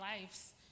lives